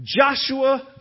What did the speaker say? Joshua